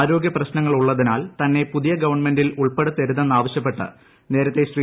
ആരോഗ്യ പ്രശ്നങ്ങൾ ഉള്ളതിനാൽ തന്നെ പുതിയ ഗവൺമെന്റിൽ ഉൾപ്പെടുത്തരുതെന്ന് ആവശ്യപ്പെട്ട് നേരത്തെ ശ്രീ